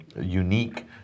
unique